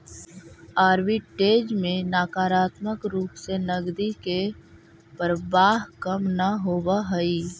arbitrage में नकारात्मक रूप से नकदी के प्रवाह कम न होवऽ हई